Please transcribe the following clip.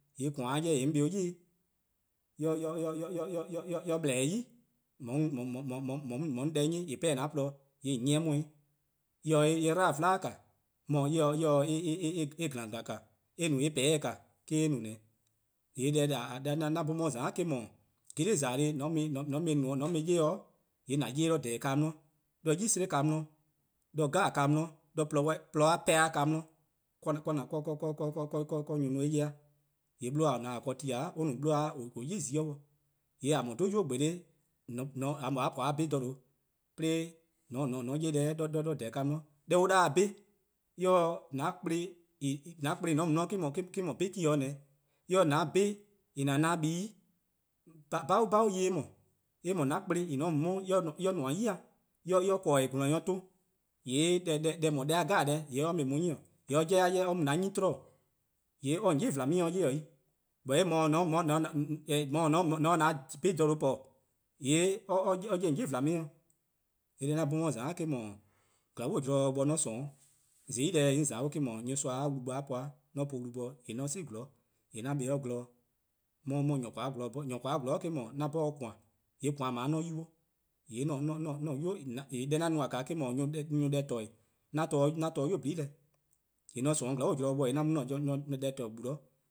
:Yee' :koan-a 'jeh :dao' :yee' 'on kpa 'i 'weh :mor or :bleh-dih: 'o ' :on 'ye 'on deh 'nyi :eh 'pehn-dih 'an :porluh-dih :yee' :on 'ye-eh 'nyi, eh :se-eh nyor 'dlu 'vla :ka, eh mor eh :se eh :glan :glan :ka, :yee' eh :peheheh: :ka eh-: eh no. deh 'an 'bhorn 'on 'ye-a :za eh :mor, geli' :za-dih :deh :mor :an mu-eh 'ye :yee' :an 'ye-eh 'de :dhehehn. ka 'di, 'de 'yi 'sleh ka 'di, 'de ka 'jeh 'di, 'de :porluh-a dih 'pehn ka 'di :kaa nyor-a no eh 'ye-a. :yee' 'bluhba: :a :ne-a ken ti :daa or no 'bluhba: :or :korn-a 'de 'yli-a zi-a dih, :yee' :a mor :or 'dhu-a 'nynuu: :gbolo'+ :mor :a po :a bhuh+ :dha :due' 'de :an 'ye deh 'de :dhehehn ka 'di, deh an 'da-dih bhun+, :an kpleh :en :ne-a 'de :on 'di :me-: 'dhu bhun+ :ne 'o :daa, eh :se :an 'bhuh+ :an na-dih-a buh+ buh+-' eh se-ih :mor :daa, :an kplen :en :ne-a 'de :on 'di :mor en :nmor 'yi-dih, :mor en :korn :gwlor-nyor 'ton, :yee' deh :eh no-a deh 'jeh :yee' or mu-eh :on 'nyi, :yee' or-a' 'jeh or mu an 'nyne 'tmo-', :yee' or :se-' :on 'yli :vlami-' 'ye-dih 'i, :yee' :mor :or :ne-a 'o :or se-a 'an 'bhuh+ :dha :due' po yee' :yee' or 'ye-dih :on 'yli :vlan me-' dih. :yee' deh 'an 'bhorn 'on 'ye-a :za :eh-' no, :glaa'a zorn bo :mor 'on :sorn :zai' deh 'on ;za-a eh-: dhu nyorsoa-a wlu bo-a po-a, :mor 'on po-or wlu bo :yee' :mor 'on 'si 'zorn, :yee' 'an kpa 'o gwlor ken 'on 'ye :nyor :kporn-a gwlor 'dih 'bhorn, :nyor :korn-a :gwlor-a' or-: 'dhu 'an 'bhorn-dih :koan, :yee' :koan :dao' :mor 'on 'ye-or, :yee' deh 'an no-a :naa :eh-: no nyor+ deh :torne'-eh, 'an torne 'nynuu: :nyene deh. :yee' :mor 'on :sorn :glaa'e: zorn bo :yee' 'an mu 'de 'an nyor nyor-deh :torne' gbu 'zorn. i